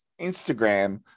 instagram